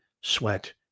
sweat